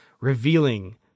revealing